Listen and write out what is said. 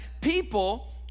people